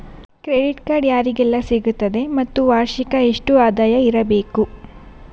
Credit card ಯಾರಿಗೆಲ್ಲ ಸಿಗುತ್ತದೆ ಮತ್ತು ವಾರ್ಷಿಕ ಎಷ್ಟು ಆದಾಯ ಇರಬೇಕು?